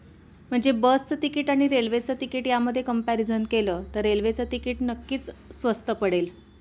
म्हणजे बसचं तिकीट आणि रेल्वेचं तिकीट यामध्ये कम्पॅरिजन केलं तर रेल्वेचं तिकीट नक्कीच स्वस्त पडेल